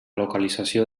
localització